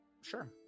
Sure